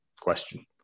question